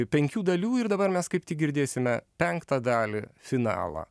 penkių dalių ir dabar mes kaip tik girdėsime penktą dalį finalą